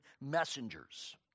messengers